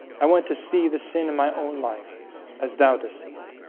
i want to see the sin in my own life as thou to see it